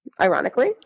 ironically